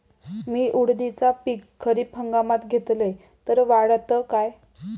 मी उडीदाचा पीक खरीप हंगामात घेतलय तर वाढात काय?